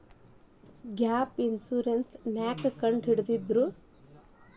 Gap insurance ನ್ಯಾಕ್ ಕಂಢಿಡ್ದ್ರು?